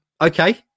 Okay